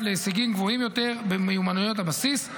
להישגים גבוהים יותר במיומנויות הבסיס,